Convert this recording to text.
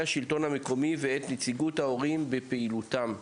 השלטון המקומי ואת נציגות ההורים בפעילותם.